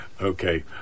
okay